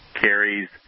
carries